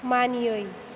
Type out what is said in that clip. मानियै